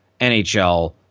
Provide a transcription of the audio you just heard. NHL